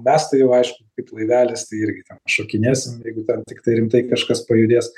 mes tai jau aišku kaip laivelis tai irgi ten šokinėsim jeigu ten tiktai rimtai kažkas pajudės